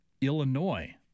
Illinois